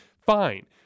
fine